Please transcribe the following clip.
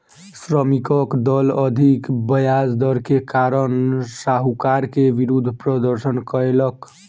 श्रमिकक दल अधिक ब्याज दर के कारण साहूकार के विरुद्ध प्रदर्शन कयलक